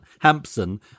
Hampson